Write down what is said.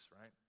right